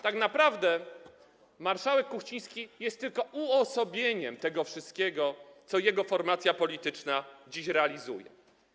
Tak naprawdę marszałek Kuchciński jest tylko uosobieniem tego wszystkiego, co jego formacja polityczna dziś realizuje.